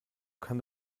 kann